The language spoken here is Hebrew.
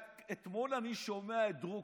אתמול אני שומע את דרוקר.